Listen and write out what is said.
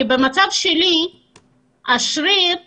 במצב שלי השריר מת,